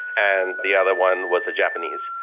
and the other one was a japanese.